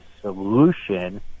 solution